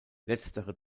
letztere